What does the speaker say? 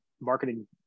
marketing